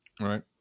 right